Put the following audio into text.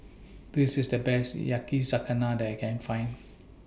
This IS The Best Yakizakana that I Can Find